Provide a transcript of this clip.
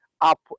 up